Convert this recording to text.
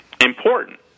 important